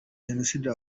jenoside